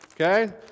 okay